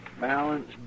Balance